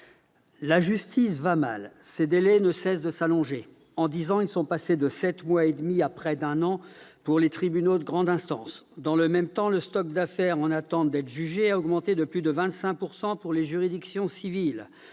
La justice va mal. Ses délais ne cessent de s'allonger. En dix ans, ils sont passés de sept mois et demi à près d'un an pour les tribunaux de grande instance. Dans le même temps, le stock d'affaires en attente d'être jugées a augmenté de plus de 25 % pour les juridictions civiles.